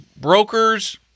brokers